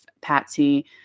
Patsy